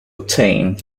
obtain